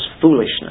foolishness